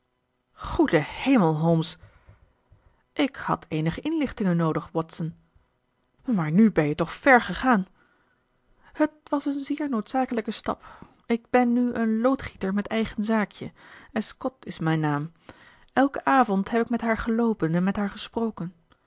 goede hemel holmes ik had eenige inlichtingen noodig watson maar nu ben je toch ver gegaan het was een zeer noodzakelijke stap ik ben nu een loodgieter met eigen zaakje escotte is mijn naam elken avond heb ik met haar geloopen en met haar gesproken